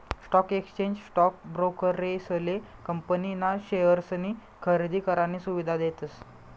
stock exchange stock ब्रोकरेसले company ना शेअर्सनी खरेदी करानी सुविधा देतस